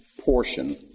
portion